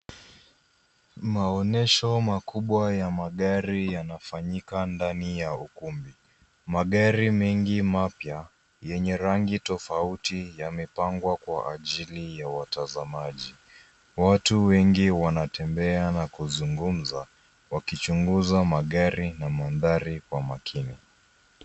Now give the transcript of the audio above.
Maonesho makubwa ya magari yanafanyika ndani ya ukumbi. Magari mengi mapya yenye rangi tofauti yamepangwa kwa ajili ya watazamaji. Watu wengi wanatembea na kuzungumza wakichunguza magari na mandhari kwa makini.